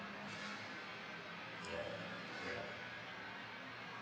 ya